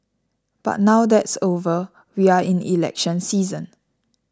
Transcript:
but now that's over we are in election season